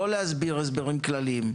לא להסביר הסברים כלליים.